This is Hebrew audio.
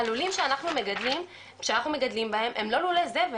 הלולים שאנחנו מגדלים בהם הם לא לולי זבל.